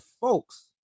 folks